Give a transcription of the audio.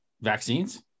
vaccines